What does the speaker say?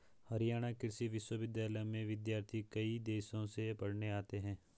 हरियाणा कृषि विश्वविद्यालय में विद्यार्थी कई देशों से पढ़ने आते हैं